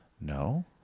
no